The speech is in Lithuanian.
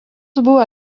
buvo